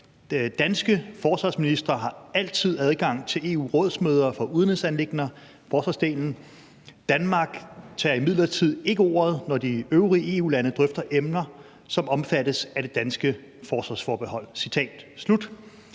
»Danske forsvarsministre har altid adgang til EU-rådsmøder for udenrigsanliggender (forsvarsdelen). Danmark tager imidlertid ikke ordet, når de øvrige EU-lande drøfter emner, som omfattes af det danske forsvarsforbehold.«